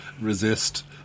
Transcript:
resist